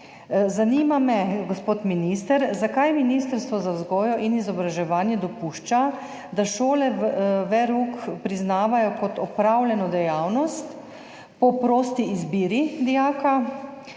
Zanima me, gospod minister: Zakaj Ministrstvo za vzgojo in izobraževanje dopušča, da šole verouk priznavajo kot opravljeno dejavnost po prosti izbiri dijaka?